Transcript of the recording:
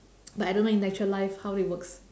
but I don't know in actual life how it works